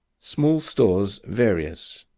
small stores, various